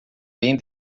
bem